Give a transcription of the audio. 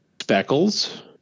speckles